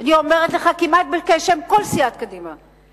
אני אומרת לך כמעט בשם כל סיעת קדימה,